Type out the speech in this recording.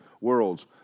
worlds